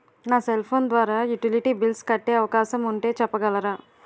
నా cell phone ద్వారా utility bills కట్టే అవకాశం ఉంటే చెప్పగలరా?